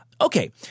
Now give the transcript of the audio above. Okay